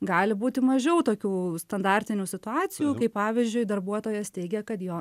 gali būti mažiau tokių standartinių situacijų kaip pavyzdžiui darbuotojas teigia kad jo